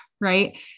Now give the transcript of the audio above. Right